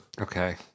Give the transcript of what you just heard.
Okay